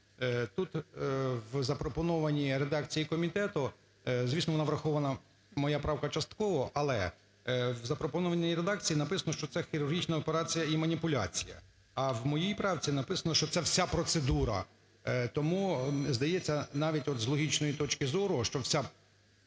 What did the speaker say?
Тут в запропонованій редакції комітету, звісно, вона врахована, моя правка, частково. Але в запропонованій редакції написано, що це хірургічна операція і маніпуляція. А в моїй правці написано, що це вся процедура. Тому, здається, навіть от з логічної точки зору, що все врахувати